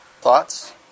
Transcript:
Thoughts